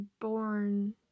born